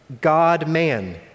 God-man